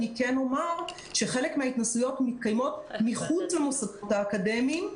חלק מההתנסויות מתקיימות מחוץ למוסדות האקדמיים,